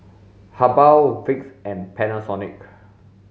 Habhal Vicks and Panasonic